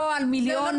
לא על מיליונים,